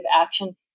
action